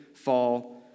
fall